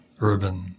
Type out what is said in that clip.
urban